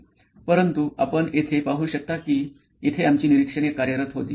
परंतु आपण येथे पाहू शकता की येथे आमची निरीक्षणे कार्यरत होती